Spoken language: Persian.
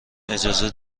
اجازه